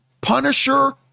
Punisher